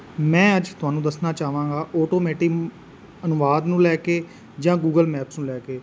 ਮੈਂ ਅੱਜ ਤੁਹਾਨੂੰ ਦੱਸਣਾ ਚਾਹਾਂਗਾ ਅੋਟੋਮੈਟਿਵ ਅਨੁਵਾਦ ਨੂੰ ਲੈ ਕੇ ਜਾਂ ਗੂਗਲ ਮੈਪਸ ਨੂੰ ਲੈ ਕੇ